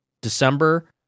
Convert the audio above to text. December